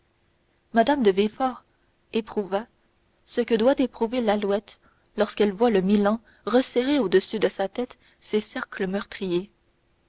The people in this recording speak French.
mme de villefort éprouva ce que doit éprouver l'alouette lorsqu'elle voit le milan resserrer au-dessus de sa tête ses cercles meurtriers